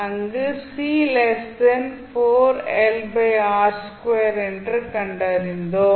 அங்கு என்று கண்டோம்